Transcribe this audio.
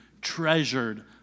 treasured